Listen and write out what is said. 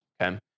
okay